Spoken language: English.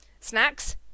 Snacks